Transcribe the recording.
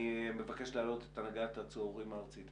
אני מבקש להעלות את הנהגת ההורים הארצית.